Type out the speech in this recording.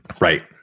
Right